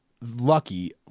Lucky